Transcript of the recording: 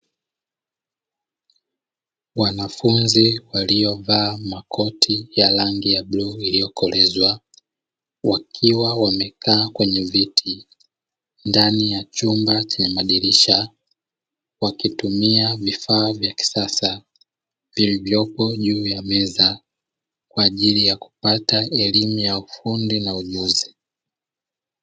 Wanafunzi waliovaa makoti ya rangi ya bluu iliyokolezwa wakiwa wamekaa kwenye viti ndani ya chumba chenye madirisha, wakitumia vifaa vya kisasa vilivyopo juu ya meza kwa ajili ya kupata elimu ya ufundi na ujuzi.